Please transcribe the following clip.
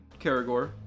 caragor